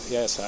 Yes